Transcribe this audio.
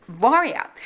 warrior